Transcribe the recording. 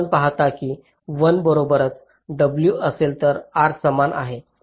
आपण पहाल की l बरोबरच w असेल तर R समान आहे